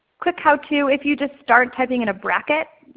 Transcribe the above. quick how to, if you just start typing in a bracket,